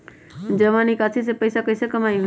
जमा निकासी से पैसा कईसे कमाई होई?